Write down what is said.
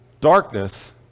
Darkness